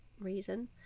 reason